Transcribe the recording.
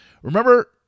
Remember